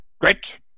Great